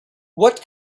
what